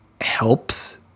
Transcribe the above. helps